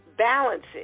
Balances